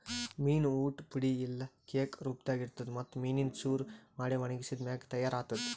ಮೀನು ಊಟ್ ಪುಡಿ ಇಲ್ಲಾ ಕೇಕ್ ರೂಪದಾಗ್ ಇರ್ತುದ್ ಮತ್ತ್ ಮೀನಿಂದು ಚೂರ ಮಾಡಿ ಒಣಗಿಸಿದ್ ಮ್ಯಾಗ ತೈಯಾರ್ ಆತ್ತುದ್